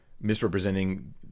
misrepresenting